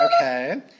Okay